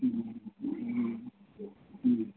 ᱦᱮᱸ ᱦᱮᱸ ᱦᱮᱸ